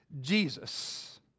Jesus